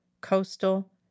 coastal